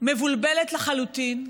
מבולבלת לחלוטין,